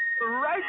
Right